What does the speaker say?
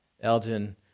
Elgin